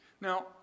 Now